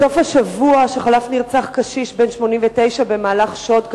בסוף השבוע שחלף נרצח קשיש בן 89 במהלך שוד,